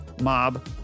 mob